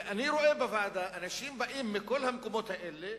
ואני רואה בוועדה אנשים באים מכל המקומות האלה,